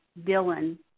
Dylan